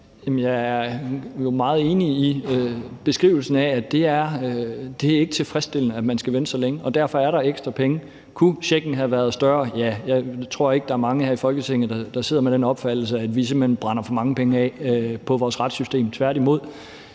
Jeg er jo meget enig i beskrivelsen af, at det ikke er tilfredsstillende, at man skal vente så længe, og derfor er der ekstra penge. Kunne checken have været større? Ja, jeg tror ikke, der er mange her i Folketinget, der sidder med den opfattelse, at vi simpelt hen brænder for mange penge af på vores retssystem. Tværtimod.